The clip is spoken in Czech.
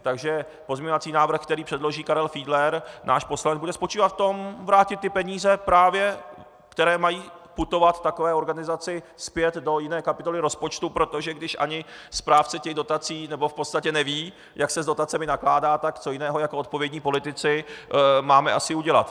Takže pozměňovací návrh, který předloží Karel Fiedler, náš poslanec, bude spočívat v tom, vrátit ty peníze právě, které mají putovat k takové organizaci, zpět do jiné kapitoly rozpočtu, protože když ani správce těch dotací v podstatě neví, jak se s dotacemi nakládá, tak co jiného jako odpovědní politici máme asi udělat.